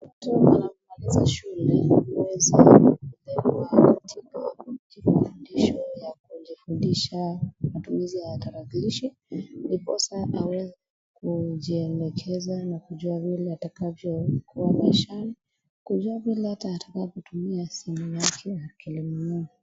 Mtu anapomaliza shule huweza kupelekwa katika majifundisho ya kujifundisha matumizi ya tarakilishi, ndiposa aweza kujielekeza na kujua vile atakavyokuwa maishani. Kujua vile hata atakavyotumia simu yake akilinunua.